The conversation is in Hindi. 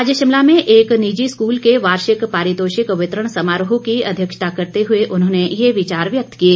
आज शिमला में एक निजी स्कूल के वार्षिक पारितोषिक वितरण समारोह की अध्यक्षता करते हुए उन्होंने यह विचार व्यक्त किए